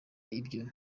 ibyo